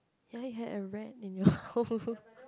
ya you had a rat in your house